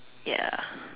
ya